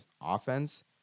offense